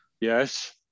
Yes